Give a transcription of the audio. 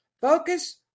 focus